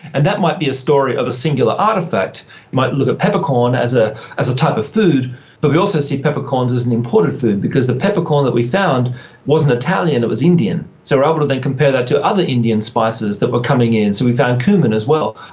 and that might be a story of a singular artefact, you might look at peppercorn as a as a type of food but we also see peppercorns as an imported food because the peppercorn that we found wasn't italian, it was indian. so we are able to then compare that to other indian spices that were coming in, so we found cumin as well,